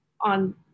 on